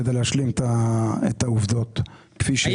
להשלים את העובדות, כפי שהן.